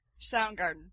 Soundgarden